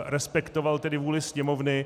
Respektoval tedy vůli Sněmovny.